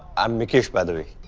i'm mikesh, by the way.